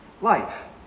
life